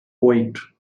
oito